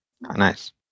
Nice